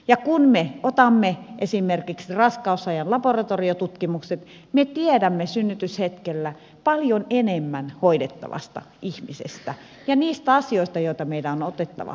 ja kun me otamme esimerkiksi raskausajan laboratoriotutkimukset me tiedämme synnytyshetkellä paljon enemmän hoidettavasta ihmisestä ja niistä asioista joita meidän on otettava hoidossa huomioon